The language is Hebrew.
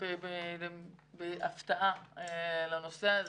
בהפתעה לנושא הזה.